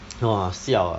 !wah! siao ah